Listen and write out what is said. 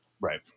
Right